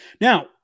Now